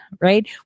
right